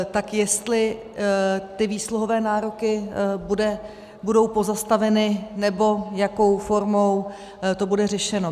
Tak jestli ty výsluhové nároky budou pozastaveny, nebo jakou formou to bude řešeno.